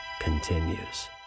continues